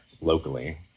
locally